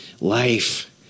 life